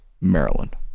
Maryland